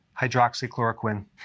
hydroxychloroquine